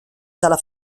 dalla